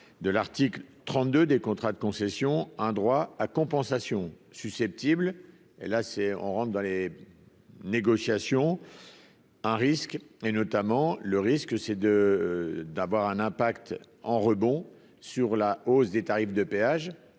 de l'article 32 des contrats de concession, un droit à compensation susceptible et là c'est on rentre dans les négociations. à risque et, notamment, le risque c'est de d'avoir un impact en rebond sur la hausse des tarifs de péage